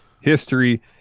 history